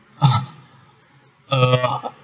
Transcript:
uh